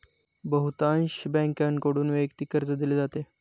बहुतांश बँकांकडून वैयक्तिक कर्ज दिले जाते